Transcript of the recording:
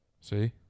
See